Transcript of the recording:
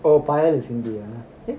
ஓ பாயா சிந்தியா:opaya sinthiya